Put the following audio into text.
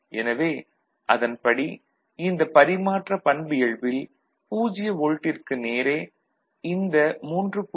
எனவே அதன்படி இந்த பரிமாற்ற பண்பியல்பில் 0 வோல்ட்டிற்கு நேரே இந்த 3